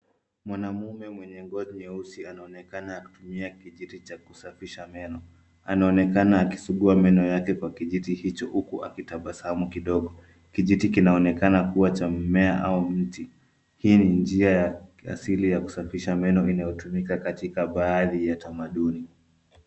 Mwanume mwenye ngozi nyeusi, anaonekana akitumia kijiti cha kusafisha meno. Anaonekana akisugua meno yake kwa kijiti hicho huku akitabasamu kidogo. Kijiti kinaonekana kuwa cha mimea au mti. Hii ni njia asili ya kusafisha meno inayotumika katika baadhi ya tamaduni.